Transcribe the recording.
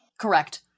Correct